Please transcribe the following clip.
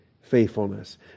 faithfulness